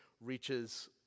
reaches